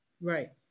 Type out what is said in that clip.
right